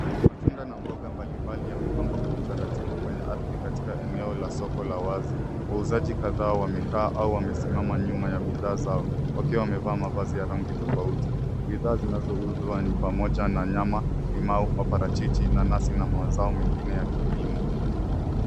Matunda na mboga mbalimbali yamepangwa kwa utaratibu kwenye ardhi katika eneo la soko la wazi. Wauzaji kadhaa wamekaa au wamesimama nyuma ya bidhaa zao wakiwa wamevaa mavazi ya rangi tofauti. Bidhaa zinazouzwa ni pamoja na nyama, limau, maparachichi, nanasi na mazao mengine ya kilimo.